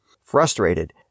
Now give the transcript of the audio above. Frustrated